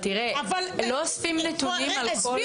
תסביר